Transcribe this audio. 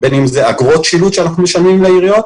בין אם אלה אגרות שילוט שאנחנו משלמים לעיריות